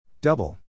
double